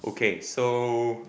okay so